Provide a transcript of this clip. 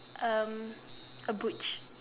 um a butch